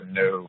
no